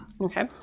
Okay